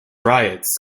riots